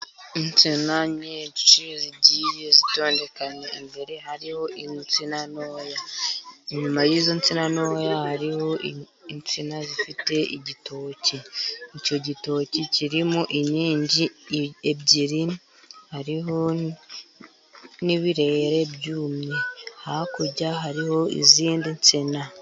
Insina enye zigiye zitondekanya imbere hariho insina ntoya, inyuma y'izo nsina ntoya hari insina zifite igitoki, icyo gitoki kirimo inkingi ebyiri hariho n'ibirere byumye, hakurya hariho izindi nsina.